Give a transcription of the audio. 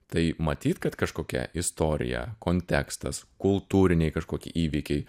tai matyt kad kažkokia istorija kontekstas kultūriniai kažkokie įvykiai